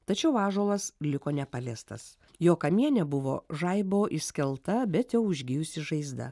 tačiau ąžuolas liko nepaliestas jo kamiene buvo žaibo išskelta bet jau užgijusi žaizda